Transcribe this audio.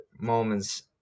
moments